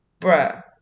bruh